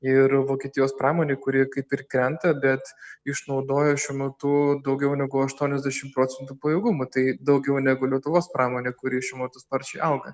ir vokietijos pramonė kuri kaip ir krenta bet išnaudoja šiuo metu daugiau negu aštuoniasdešim procentų pajėgumų tai daugiau negu lietuvos pramonė kuri šiuo metu sparčiai auga